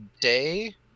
day